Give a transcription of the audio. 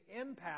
impact